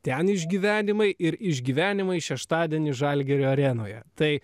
ten išgyvenimai ir išgyvenimai šeštadienį žalgirio arenoje tai